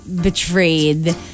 betrayed